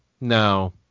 no